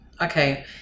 Okay